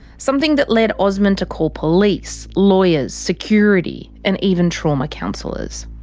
something that lead osman to call police, lawyers, security and even trauma counsellors.